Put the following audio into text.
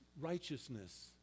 righteousness